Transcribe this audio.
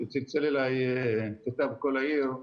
צלצל אלי כתב "קול העיר".